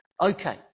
Okay